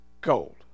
Gold